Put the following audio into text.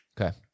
Okay